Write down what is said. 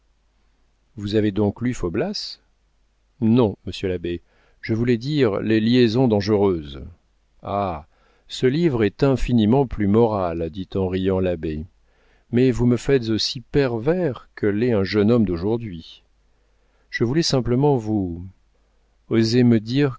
vous avez donc lu faublas non monsieur l'abbé je voulais dire les liaisons dangereuses ah ce livre est infiniment plus moral dit en riant l'abbé mais vous me faites aussi pervers que l'est un jeune homme d'aujourd'hui je voulais simplement vous osez me dire